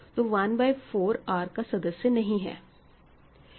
तो 1 by 4 R का सदस्य नहीं है